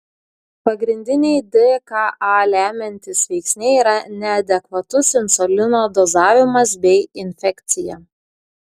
pagrindiniai dka lemiantys veiksniai yra neadekvatus insulino dozavimas bei infekcija